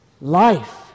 life